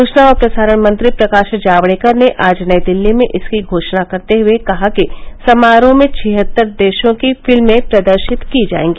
सूचना और प्रसारण मंत्री प्रकाश जावड़ेकर ने आज नई दिल्ली में इसकी घोषणा करते हुए कहा कि समारोह में छिहत्तर देशों की फिल्में प्रदर्शित की जायेंगी